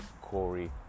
Corey